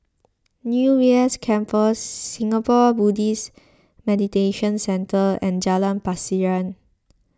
U B S Campus Singapore Buddhist Meditation Centre and Jalan Pasiran